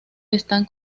están